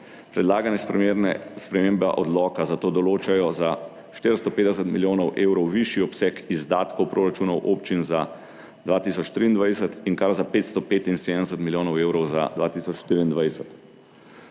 Predlagane spremembe odloka za to določajo za 450 milijonov evrov višji obseg izdatkov proračunov občin za 2023 in kar za 575 milijonov evrov za 2024.